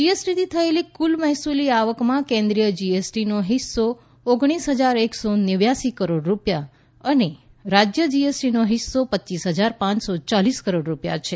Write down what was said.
જીએસટીથી થયેલી કુલ મહેસૂલી આવકામાં કેન્રીકાય જીએસટીનો હિસ્સો ઓગણીશ હજાર એકસો નેવ્યાંસી કરોડ રૂપિયા અને રાજ્ય જીએસટીનો હિસ્સો પચ્ચીસ હજાર પાંચસો ચાલીસ કરોડ રૂપિયા છે